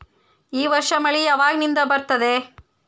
ಈ ವರ್ಷ ಮಳಿ ಯಾವಾಗಿನಿಂದ ಬರುತ್ತದೆ?